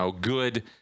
good